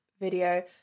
video